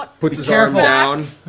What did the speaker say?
ah puts his arm down.